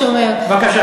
אחרי ההצבעה.